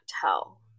tell